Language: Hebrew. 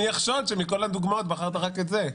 מי יחשוד שמכל הדוגמאות בחרת רק את זה.